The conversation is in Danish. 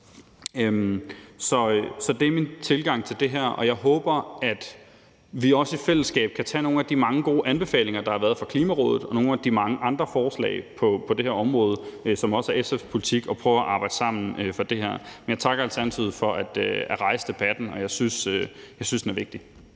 Så det er min tilgang til det her, og jeg håber, at vi også i fællesskab kan tage nogle af de mange gode anbefalinger, der har været fra Klimarådet, og nogle af de mange andre forslag på det her område, som også er SF's politik, og prøve at arbejde sammen for det her. Men jeg takker Alternativet for at rejse debatten, og jeg synes, den er vigtig.